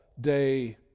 day